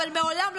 אבל מעולם,